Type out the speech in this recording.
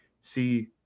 see